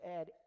add